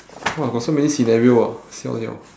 !wah! got so many scenario ah siao liao